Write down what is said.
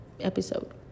episode